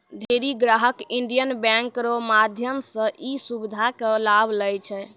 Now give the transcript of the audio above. ढेरी ग्राहक Indian bank रो माध्यम से ई सुविधा के लाभ लै छै